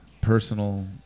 personal